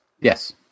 yes